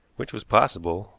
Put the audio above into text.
which was possible,